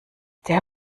der